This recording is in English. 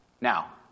Now